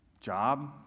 job